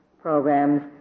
program's